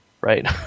Right